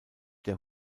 der